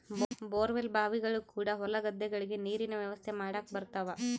bore well ಬಾವಿಗಳು ಕೂಡ ಹೊಲ ಗದ್ದೆಗಳಿಗೆ ನೀರಿನ ವ್ಯವಸ್ಥೆ ಮಾಡಕ ಬರುತವ